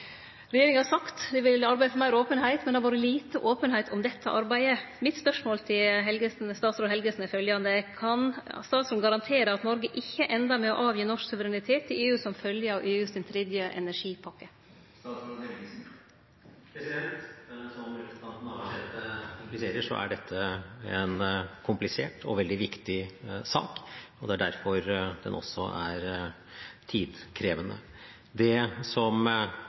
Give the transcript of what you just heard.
Regjeringa har sagt at ein vil arbeide for meir openheit, men det har vore lite openheit om dette arbeidet. Mitt spørsmål til statsråd Helgesen er følgjande: Kan statsråden garantere at Noreg ikkje endar med å gi frå seg norsk suverenitet til EU som følgje av EUs tredje energipakke? Som representanten Navarsete impliserer, er dette en komplisert og veldig viktig sak, og det er derfor den også er tidkrevende. Det som